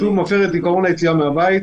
היציאה לטיסות מפרה את עיקרון היציאה מהבית.